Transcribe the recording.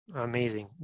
Amazing